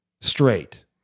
straight